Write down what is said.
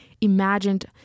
imagined